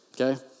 Okay